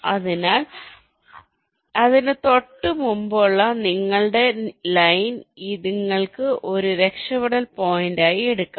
അതിനാൽ അതിന് തൊട്ടുമുമ്പുള്ള നിങ്ങളുടെ ലൈൻ നിങ്ങൾക്ക് ഇത് ഒരു രക്ഷപ്പെടൽ പോയിന്റായി എടുക്കാം